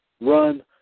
run